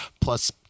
plus